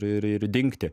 ir ir dingti